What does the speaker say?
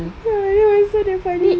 ya myself the funny